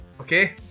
Okay